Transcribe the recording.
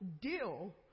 deal